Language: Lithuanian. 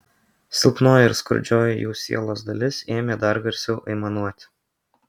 silpnoji ir skurdžioji jų sielos dalis ėmė dar garsiau aimanuoti